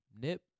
Nip